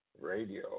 Radio